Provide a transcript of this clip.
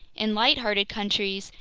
in lighthearted countries,